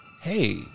hey